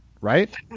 right